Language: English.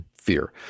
fear